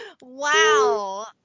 Wow